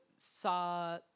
saw